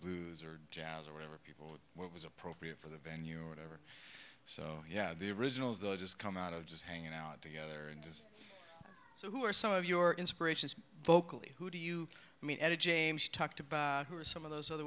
blues or jazz or whatever people what was appropriate for the venue or whatever so yeah the originals are just come out of just hanging out together and just so who are some of your inspirations vocally who do you mean etta james talked about who are some of those other